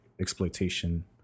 exploitation